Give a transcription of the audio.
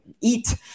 eat